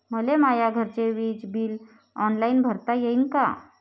मले माया घरचे विज बिल ऑनलाईन भरता येईन का?